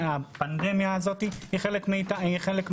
הפנדמיה הזאת היא חלק מזה.